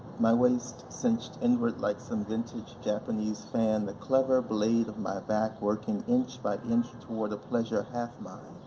my waist cinched inward like some vintage japanese fan, the clever blade of my back working inch by inch toward a pleasure half mine,